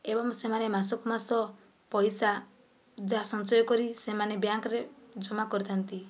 ଏବଂ ସେମାନେ ମାସକୁ ମାସ ପଇସା ଯାହା ସଞ୍ଚୟ କରି ସେମାନେ ବ୍ୟାଙ୍କରେ ଜମା କରିଥାନ୍ତି